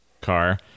car